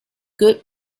good